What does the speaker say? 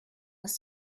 was